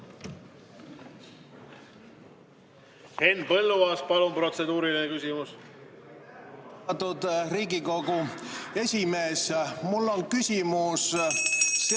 Henn Põlluaas, palun, protseduuriline küsimus!